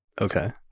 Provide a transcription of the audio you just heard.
Okay